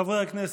חברי הכנסת,